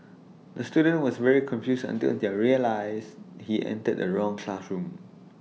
the student was very confused until he realised he entered the wrong classroom